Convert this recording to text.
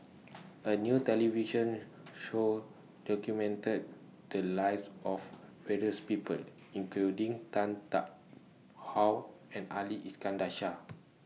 A New television Show documented The Lives of various People including Tan Tarn How and Ali Iskandar Shah